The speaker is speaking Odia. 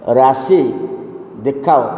ରାଶି ଦେଖାଅ